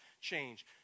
change